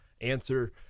answer